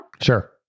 Sure